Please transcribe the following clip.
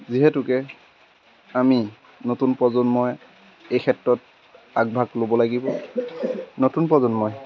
যিহেতুকে আমি নতুন প্ৰজন্মই এই ক্ষেত্ৰত আগভাগ ল'ব লাগিব নতুন প্ৰজন্মই